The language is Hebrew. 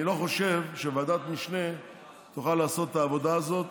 אני לא חושב שוועדת משנה תוכל לעשות את העבודה הזאת